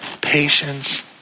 patience